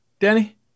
Danny